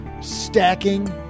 Stacking